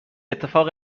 اتفاق